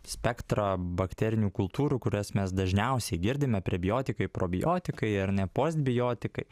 spektrą bakterinių kultūrų kurias mes dažniausiai girdime prebiotikai probiotikai ar ne postbiotikai